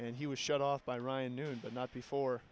and he was shot off by ryan newman but not before